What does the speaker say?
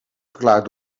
verklaard